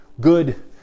good